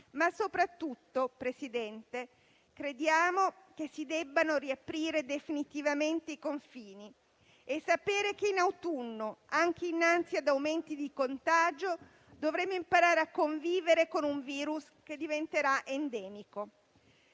Presidente del Consiglio, crediamo si debbano riaprire definitivamente i confini e sapere che in autunno, anche innanzi ad aumenti dei contagi, dovremo imparare a convivere con un virus che diventerà endemico.